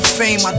fame